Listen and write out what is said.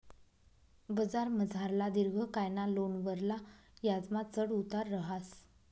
बजारमझारला दिर्घकायना लोनवरला याजमा चढ उतार रहास